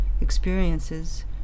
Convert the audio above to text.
experiences